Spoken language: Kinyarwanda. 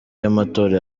y’amatora